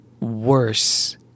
worse